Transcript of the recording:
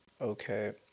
okay